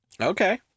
Okay